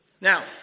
Now